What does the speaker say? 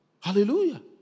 Hallelujah